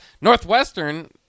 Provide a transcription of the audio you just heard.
Northwestern